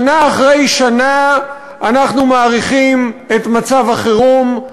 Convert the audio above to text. שנה אחרי שנה אנחנו מאריכים את מצב החירום.